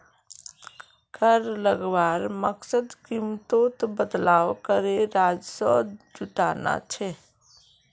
कर लगवार मकसद कीमतोत बदलाव करे राजस्व जुटाना छे